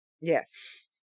Yes